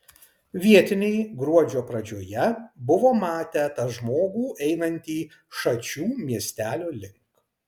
vietiniai gruodžio pradžioje buvo matę tą žmogų einantį šačių miestelio link